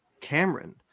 Cameron